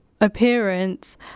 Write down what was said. appearance